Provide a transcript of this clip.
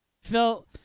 Phil